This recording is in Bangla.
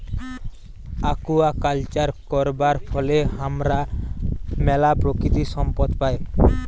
আকুয়াকালচার করবার ফলে হামরা ম্যালা প্রাকৃতিক সম্পদ পাই